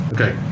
Okay